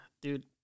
Dude